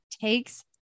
takes